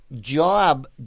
job